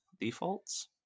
Defaults